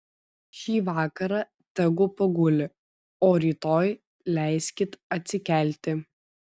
šį vakarą tegu paguli o rytoj leiskit atsikelti